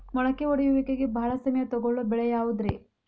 ಮೊಳಕೆ ಒಡೆಯುವಿಕೆಗೆ ಭಾಳ ಸಮಯ ತೊಗೊಳ್ಳೋ ಬೆಳೆ ಯಾವುದ್ರೇ?